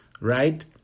right